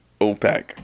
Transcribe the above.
OPEC